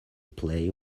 play